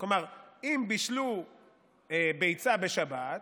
כלומר, אם בישלו ביצה בשבת,